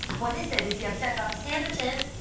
what is it? is he upset about the sandwiches?